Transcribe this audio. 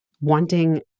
wanting